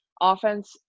Offense –